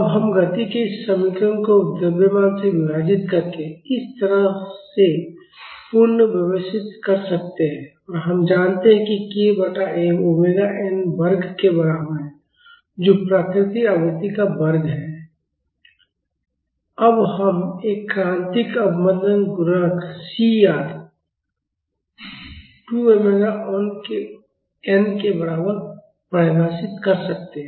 अब हम गति के इस समीकरण को द्रव्यमान से विभाजित करके इस तरह से पुनर्व्यवस्थित कर सकते हैं और हम जानते हैं कि k बटा m ओमेगा n वर्ग के बराबर है जो प्राकृतिक आवृत्ति का वर्ग है अब हम एक क्रांतिक अवमंदन गुणांक cr 2m ओमेगा n के बराबर परिभाषित कर सकते हैं